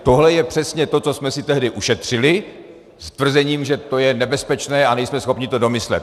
Tohle je přesně to, co jsme si tehdy ušetřili s tvrzením, že to je nebezpečné a nejsme schopni to domyslet.